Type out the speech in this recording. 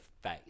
face